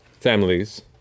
families